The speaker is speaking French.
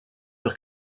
dure